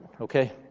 okay